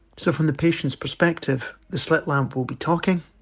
so, from the patient's perspective the slit lamp will be talking,